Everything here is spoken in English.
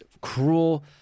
cruel